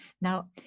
Now